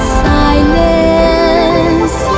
silence